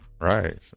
Right